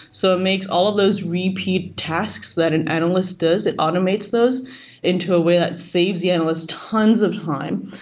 so it makes all of those repeat tasks that an analyst does, it automates those into a way that saves the analyst tons of time.